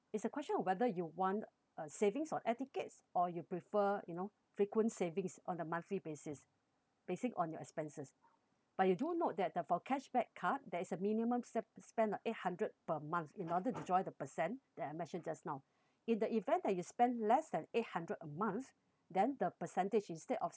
it's a question of whether you want a savings on air tickets or you prefer you know frequent savings on a monthly basis basing on your expenses but you do note that for cashback card there is a minimum spe~ spend of eight hundred per month in order to join the percent that I mentioned just now in the event that you spend less than eight hundred a month then the percentage instead of